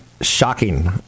shocking